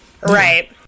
Right